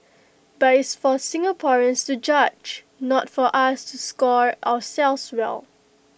but it's for Singaporeans to judge not for us to score ourselves well